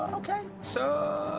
okay, so